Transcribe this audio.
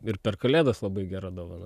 ir per kalėdas labai gera dovana